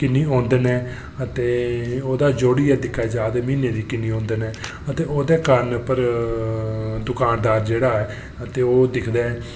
ते किन्नी औंदन ऐ ते ओह्दा जोड़ियै दिक्खेआ जा ते म्हीनै दी किन्नी औंदन ऐ ते ओह्दे कारण जेह्ड़ा दुकानदार ऐ ओह् दिखदा ऐ